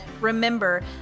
remember